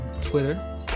twitter